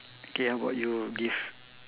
K how about you give